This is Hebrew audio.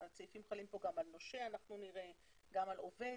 הסעיפים חלים כאן גם על נושה, גם על עובד